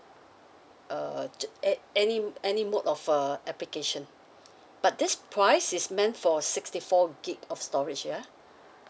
uh ju~ a~ any m~ any mode of uh application but this price is meant for sixty four gig of storage ya